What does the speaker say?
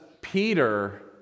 Peter